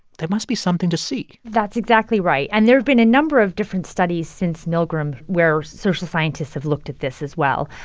there must be something to see that's exactly right. and there've been a number of different studies since milgram where social scientists have looked at this as well.